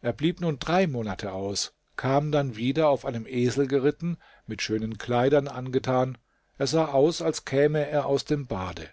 er blieb nun drei monate aus kam dann wieder auf einem esel geritten mit schönen kleidern angetan er sah aus als käme er aus dem bade